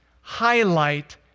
highlight